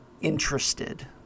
interested